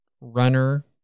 runner